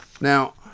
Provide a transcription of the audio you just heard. Now